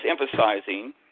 emphasizing